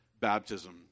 Baptism